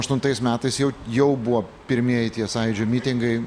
aštuntais metais jau jau buvo pirmieji tie sąjūdžių mitingai